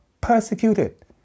persecuted